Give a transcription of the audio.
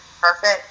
perfect